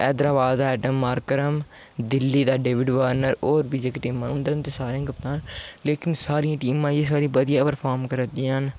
हैदराबाद दा ऐडममारक्रम दिल्ली दा डेविडवार्नर होर बी जेह्की टीमां उं'दे उं'दे सारें दे कप्तान न लेकिन सारी टीमां जेह्कियां इस बारी बधिया परर्फाम करै दियां न